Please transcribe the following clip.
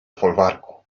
folwarku